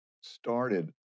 started